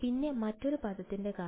പിന്നെ മറ്റൊരു പദത്തിന്റെ കാര്യമോ